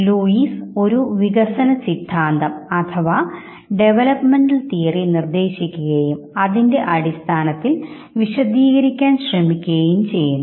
Luis ഒരു വികസന സിദ്ധാന്തം നിർദേശിക്കുകയും അതിൻറെ അടിസ്ഥാനത്തിൽ വിശദീകരിക്കാൻ ശ്രമിക്കുകയും ചെയ്യുന്നു